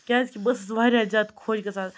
کیٛازِکہِ بہٕ ٲسٕس واریاہ زیادٕ خۄش گژھان